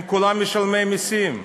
הם כולם משלמי מסים.